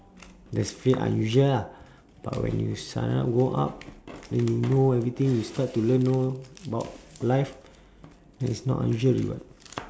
that's a bit unusual lah but when you sign up grow up when you know everything you start to learn lor about life it's not unusual already [what]